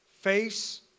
face